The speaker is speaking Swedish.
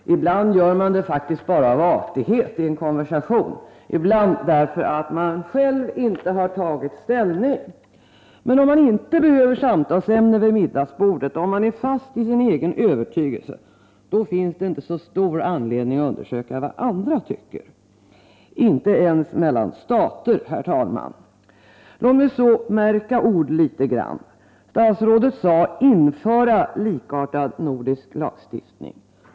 Ibland gör man det faktiskt bara av artighet i en konversation, ibland därför att man själv inte har tagit ställning. Men om man inte behöver samtalsämnen vid middagsbordet och om man står fast i sin egen övertygelse, då finns det inte så stor anledning att undersöka vad andra tycker — inte ens mellan stater, herr talman. Låt mig så märka ord. Statsrådet sade ”införa likartad nordisk lagstiftning”.